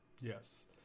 Yes